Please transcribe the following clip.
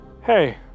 Hey